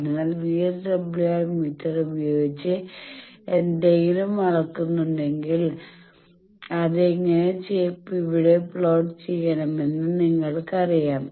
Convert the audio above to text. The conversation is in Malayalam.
അതിനാൽ VSWR മീറ്റർ ഉപയോഗിച്ച് എന്തെങ്കിലും അളക്കുകയാണെങ്കിൽ അത് എങ്ങനെ ഇവിടെ പ്ലോട്ട് ചെയ്യണമെന്ന് നിങ്ങൾക്കറിയാം